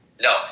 No